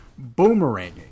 boomeranging